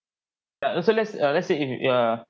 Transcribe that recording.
yeah uh so let's uh let's say if you uh